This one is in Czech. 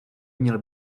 měl